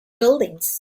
buildings